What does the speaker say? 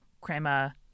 crema